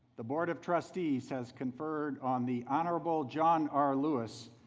the board of trustees has conferred on the honorable john r lewis,